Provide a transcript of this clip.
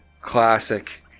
Classic